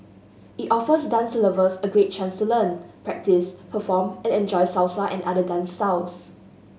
it offers dance lovers a great chance to learn practice perform and enjoy Salsa and other dance styles